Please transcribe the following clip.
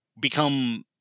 become